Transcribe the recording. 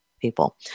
people